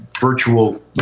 virtual